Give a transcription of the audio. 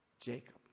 Jacob